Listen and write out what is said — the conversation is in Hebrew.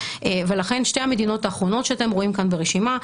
ולכן שתי המדינות האחרונות שאתם רואים כאן ברשימה,